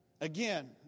again